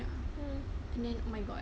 ya and then oh my god